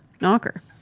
Knocker